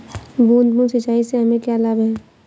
बूंद बूंद सिंचाई से हमें क्या लाभ है?